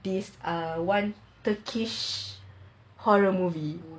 this one turkish horror movie